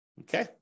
okay